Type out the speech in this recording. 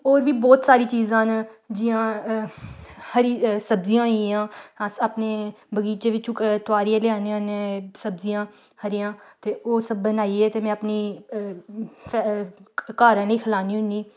होर बी बोह्त सारी चीजां न जि'यां हरी सब्जियां होई गेइयां अस अपने बगीचे बिच्चू तोआरियै लेआन्ने होन्ने सब्जियां हरियां ते ओह् सब्ब बनाइयै ते अपनी फैम घर आह्लें गी खलान्नी होन्नी